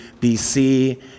BC